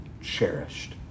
cherished